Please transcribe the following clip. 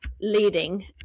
leading